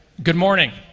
good morning.